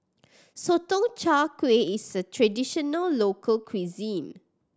Sotong Char Kway is a traditional local cuisine